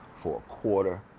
for a quarter.